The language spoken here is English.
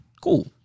cool